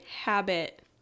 habit